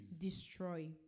destroy